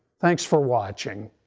thanks for watching.